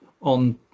on